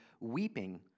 weeping